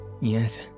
yes